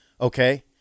okay